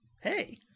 Hey